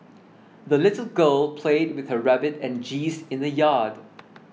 the little girl played with her rabbit and geese in the yard